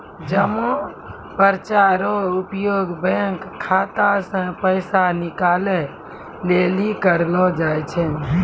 जमा पर्ची रो उपयोग बैंक खाता से पैसा निकाले लेली करलो जाय छै